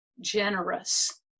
generous